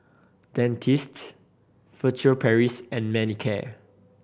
Dentiste Furtere Paris and Manicare